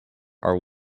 are